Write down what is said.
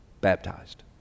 Baptized